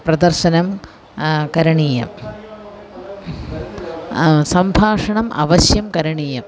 प्रदर्शनं करणीयम् सम्भाषणम् अवश्यं करणीयम्